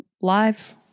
live